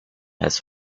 has